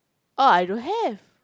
orh I don't have